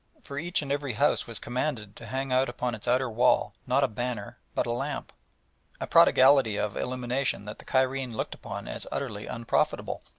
for each and every house was commanded to hang out upon its outer wall not a banner but a lamp a prodigality of illumination that the cairene looked upon as utterly unprofitable.